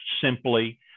simply